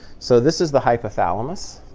so this is the hypothalamus.